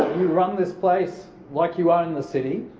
you run this place like you own the city,